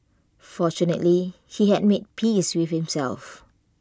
fortunately he had made peace with himself